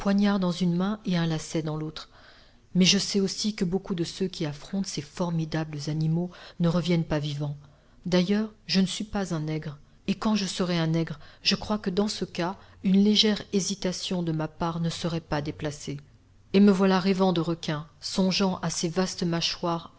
dans une main et un lacet dans l'autre mais je sais aussi que beaucoup de ceux qui affrontent ces formidables animaux ne reviennent pas vivants d'ailleurs je ne suis pas un nègre et quand je serais un nègre je crois que dans ce cas une légère hésitation de ma part ne serait pas déplacée et me voilà rêvant de requins songeant à ces vastes mâchoires